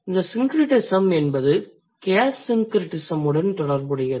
இந்த syncretism என்பது case syncretismஉடன் தொடர்புடையது